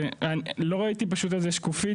לא ראיתי פשוט על זה שקופית.